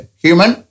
human